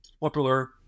popular